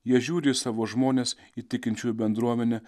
jie žiūri į savo žmones į tikinčiųjų bendruomenę